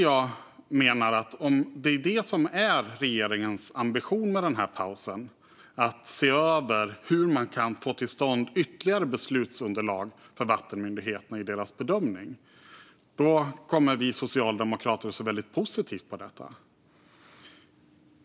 Om det är regeringens ambition med pausen att se över hur man kan få till stånd ytterligare beslutsunderlag för vattenmyndigheterna i deras bedömning kommer vi socialdemokrater att se väldigt positivt på detta.